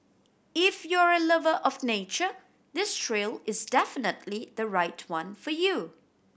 if you're a lover of nature this trail is definitely the right one for you